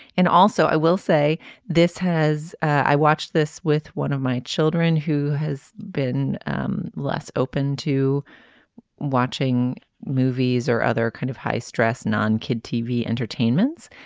and also i will say this has i watched this with one of my children who has been um less open to watching movies or other kind of high stress non kid tv entertainments.